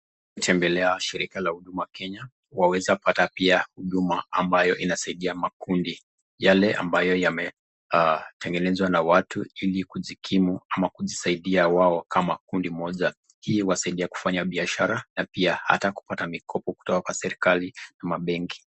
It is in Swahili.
Tembelea shirika la huduma Kenya waweza kupata huduma ambaye inasaidia makundi, yale ambayo inatengenezwa na watu, kujisaidia makundi moja iliwasaidie kufanya biashara, na pia hata kupata mikopo kwa serikali.